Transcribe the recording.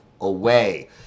Away